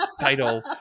title